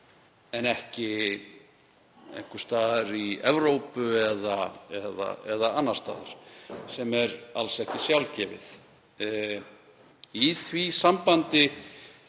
en ekki einhvers staðar í Evrópu eða annars staðar, sem er alls ekki sjálfgefið. Ég veit að